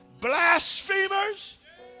Blasphemers